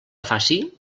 faci